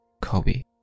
Kobe